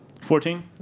Fourteen